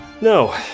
no